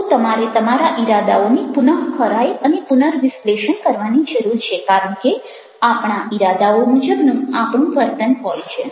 તો તમારે તમારા ઈરાદાઓની પુનઃખરાઈ અને પુનર્વિશ્લેષણ કરવાની જરૂર છે કારણ કે આપણા ઈરાદાઓ મુજબનું આપણું વર્તન હોય છે